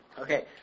Okay